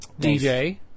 DJ